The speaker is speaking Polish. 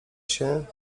się